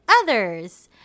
others